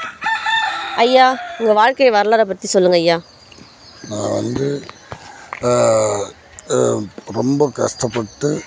ஐயா உங்கள் வரலாறை பற்றி சொல்லுங்கள் ஐயா நான் வந்து ரொம்ப கஷ்டப்பட்டு